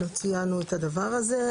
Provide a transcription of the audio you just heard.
ציינו את הדבר הזה.